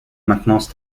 maintenance